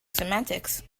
semantics